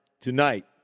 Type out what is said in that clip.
tonight